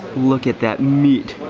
look at that meat.